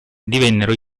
divennero